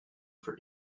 for